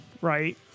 right